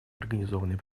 организованной